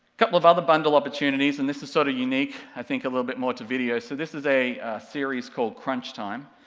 couple of other bundle opportunities and this is sort of unique, i think, a little bit more to video, so this is a series called crunch time.